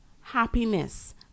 happiness